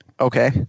Okay